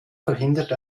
verhindert